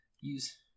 use